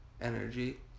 energy